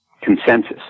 consensus